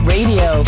Radio